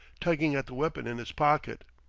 tugging at the weapon in his pocket.